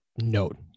note